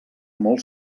molt